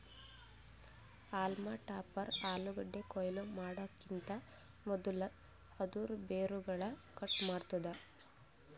haulm topper ಆಲೂಗಡ್ಡಿ ಕೊಯ್ಲಿ ಮಾಡಕಿಂತ್ ಮದುಲ್ ಅದೂರ್ ಬೇರುಗೊಳ್ ಕಟ್ ಮಾಡ್ತುದ್